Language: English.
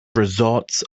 results